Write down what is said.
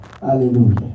Hallelujah